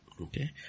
Okay